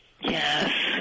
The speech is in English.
Yes